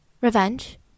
Revenge